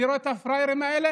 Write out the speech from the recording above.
אני רואה את הפראיירים האלה,